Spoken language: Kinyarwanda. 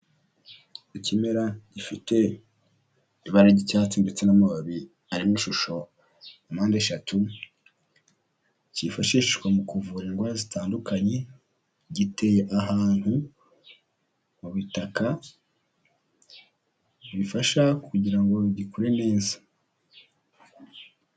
Ikimera gifite ibara ry'icyatsi ndetse n'amababi ari mu ishusho mpande eshatu, cyifashishwa mu kuvura indwara zitandukanye, giteye ahantu mu bitaka bifasha kugira ngo gikure neza.